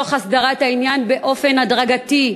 תוך הסדרת העניין באופן הדרגתי?